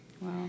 Wow